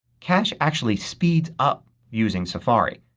cache actually speeds up using safari.